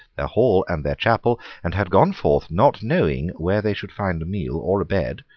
their hall and their chapel, and had gone forth not knowing where they should find a meal or a bed,